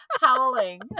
howling